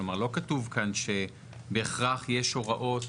כלומר, לא כתוב כאן שבהכרח יש הוראות